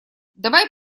давай